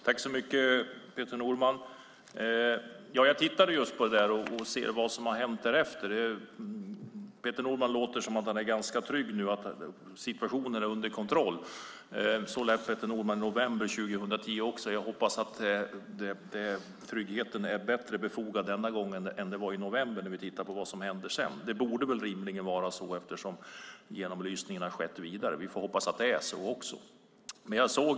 Fru talman! Jag tittade just på det och på vad som har hänt därefter. Peter Norman låter ganska trygg i att situationen är under kontroll. Så lät Peter Norman också i november 2010. Jag hoppas att tryggheten är bättre befogad denna gång än den var i november om vi tittar på vad som hände sedan. Det borde vara eftersom genomlysningen har skett vidare. Vi får hoppas att det är så.